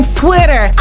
twitter